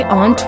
on